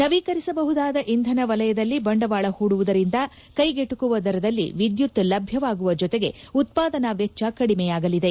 ನವೀಕರಿಸಬಹುದಾದ ಇಂಧನ ವಲಯದಲ್ಲಿ ಬಂಡವಾಳ ಹೂಡುವುದರಿಂದ ಕ್ಷೆಗೆಟಕುವ ದರದಲ್ಲಿ ವಿದ್ಯುತ್ ಲಭ್ಯವಾಗುವ ಜೊತೆಗೆ ಉತ್ಸಾದನಾ ವೆಚ್ಚ ಕಡಿಮೆಯಾಗಿದೆ